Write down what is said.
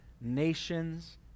nations